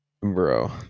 Bro